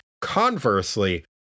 Conversely